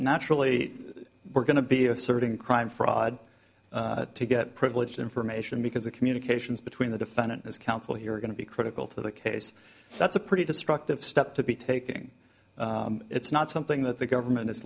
naturally we're going to be asserting crime fraud to get privileged information because the communications between the defendant is counsel here are going to be critical to the case that's a pretty destructive step to be taking it's not something that the government is